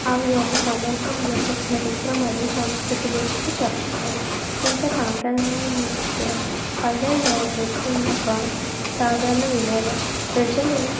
అవి ఒక సమూహం యొక్క చరిత్ర మరియు సంస్కృతి గురించి చెప్తాయి ఇంకా సాంప్రదాయ నృత్యాలు పల్లెల్లో నృత్యం ఒక సాధారణ వినోదం ప్రజలు